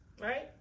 right